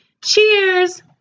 Cheers